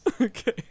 Okay